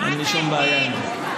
אין לי שום בעיה עם זה.